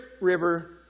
river